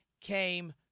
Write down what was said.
came